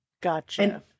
Gotcha